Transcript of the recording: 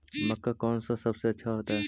मक्का कौन सा सबसे अच्छा होता है?